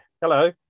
Hello